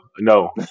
no